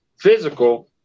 physical